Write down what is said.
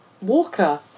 Walker